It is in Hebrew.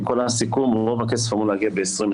כל הסיכום, רוב הכסף אמור להגיע ב-2021,